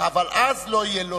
אבל לא יהיה,